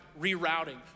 rerouting